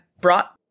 brought